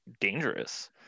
dangerous